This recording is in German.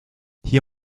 hier